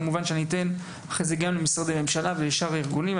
כמובן שאתן אחרי זה את זכות הדיבור למשרדי ממשלה ולשאר הארגונים.